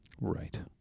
Right